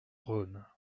rhône